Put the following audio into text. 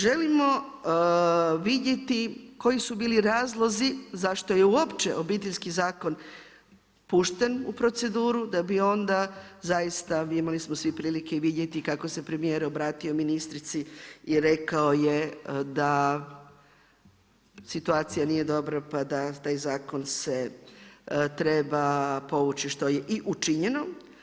Želimo vidjeti koji su bili razlozi zašto je uopće Obiteljski zakon pušten u proceduru, da bi onda zaista imali smo svi prilike vidjeti kako se premijer obratio ministrici i rekao je da situacija nije dobra pa da taj zakon se treba povući što je i učinjeno.